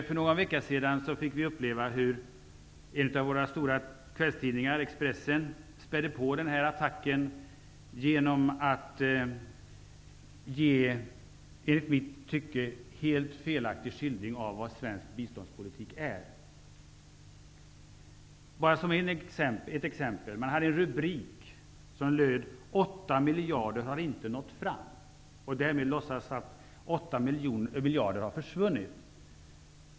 För några veckor sedan fick vi uppleva hur en av våra stora kvällstidningar, Expressen, spädde på attacken genom att ge en enligt mitt tycke helt felaktig skildring av vad svensk biståndspolitik är. Jag kan bara som ett exempel nämna att man hade en rubrik som löd: 8 miljader har inte nått fram. Därmed låtsas man att 8 miljarder har försvunnit.